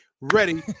Ready